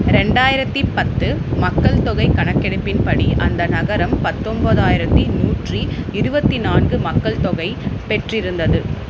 ரெண்டாயிரத்தி பத்து மக்கள்தொகை கணக்கெடுப்பின்படி அந்த நகரம் பத்தொம்பதாயிரத்தி நூற்றி இருபத்தி நான்கு மக்கள்தொகை பெற்றிருந்தது